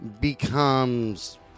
becomes